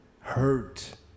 hurt